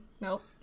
nope